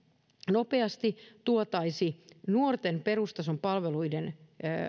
nopeasti tuotaisiin nuorten perustason